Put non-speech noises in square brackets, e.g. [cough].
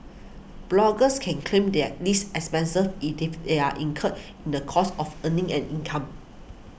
bloggers can claim their lease expensive [unintelligible] if they are incurred in the course of earning an income